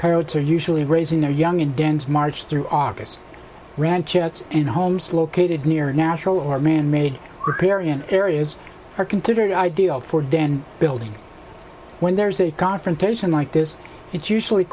coyotes are usually raising their young in dens march through august ranches and homes located near natural or manmade riparian areas are considered ideal for den building when there's a confrontation like this it's usually